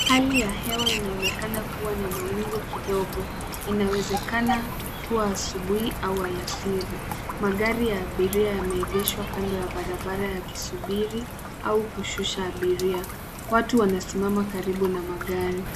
Hali ya hewa inaonekana kuwa na mawingu kidogo, inawezakana kuwa asubuhi au alasiri. Magari ya abiria yame egeshwa kando ya barabara yakisubiri au kushusha abiria. Watu wana simama karibu na magari